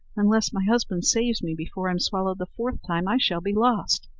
unless my husband saves me before i'm swallowed the fourth time i shall be lost.